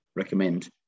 recommend